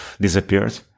disappeared